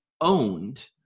owned